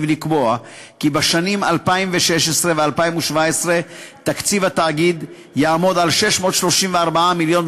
ולקבוע כי בשנים 2016 ו-2017 הוא יעמוד על 634 מיליון,